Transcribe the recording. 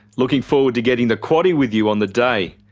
looking forward to getting the quaddie with you on the day.